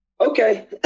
Okay